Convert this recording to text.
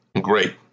great